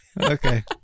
Okay